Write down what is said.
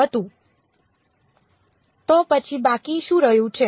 તો પછી બાકી શું રહે છે